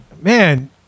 man